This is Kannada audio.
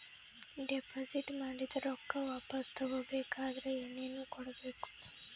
ಡೆಪಾಜಿಟ್ ಮಾಡಿದ ರೊಕ್ಕ ವಾಪಸ್ ತಗೊಬೇಕಾದ್ರ ಏನೇನು ಕೊಡಬೇಕು?